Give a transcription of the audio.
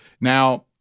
Now –